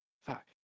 Fuck